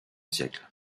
siècle